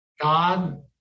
God